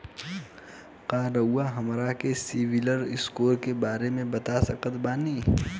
का रउआ हमरा के सिबिल स्कोर के बारे में बता सकत बानी?